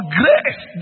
grace